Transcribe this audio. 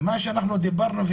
מה שדיברנו,